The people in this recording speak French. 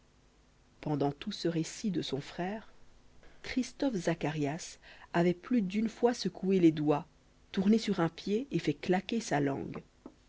pendant tout ce récit de son frère christophe zacharias avait plus d'une fois secoué les doigts tourné sur un pied et fait claquer sa langue